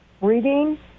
reading